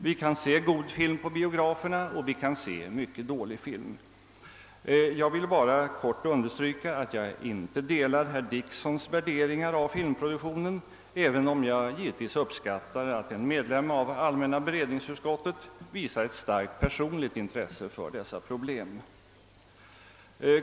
Vi kan se god film på biograferna och vi kan se mycket dålig film. Jag vill bara kort understryka att jag inte delar herr Dicksons värderingar i fråga om filmproduktionen, även om jag givetvis uppskattar att en medlem av allmänna beredningsutskottet visar ett starkt personligt intresse för dessa problem.